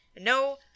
No